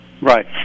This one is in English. Right